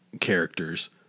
characters